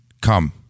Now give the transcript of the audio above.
come